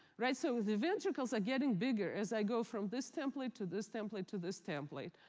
right? so the ventricles are getting bigger as i go from this template, to this template, to this template.